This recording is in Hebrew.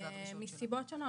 מסיבות שונות,